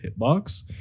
hitbox